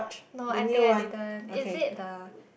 no I think I didn't is it the